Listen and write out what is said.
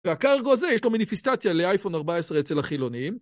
והקארגו הזה יש לו מיניפיסטציה לאייפון 14 אצל החילונים